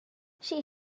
she